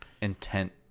intent